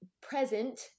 present